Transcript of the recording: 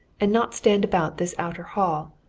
and not stand about this outer hall,